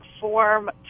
form